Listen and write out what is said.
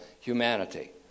humanity